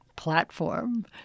platform